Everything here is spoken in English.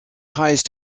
highest